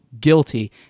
guilty